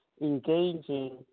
engaging